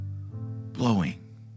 blowing